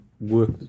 work